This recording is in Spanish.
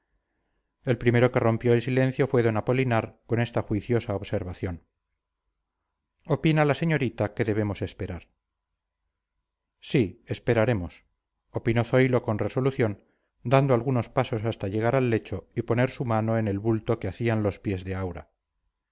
el primero que rompió el silencio fue d apolinar con esta juiciosa observación opina la señorita que debemos esperar sí esperaremos opinó zoilo con resolución dando algunos pasos hasta llegar al lecho y poner su mano en el bulto que hacían los pies de aura